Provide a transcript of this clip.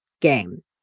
game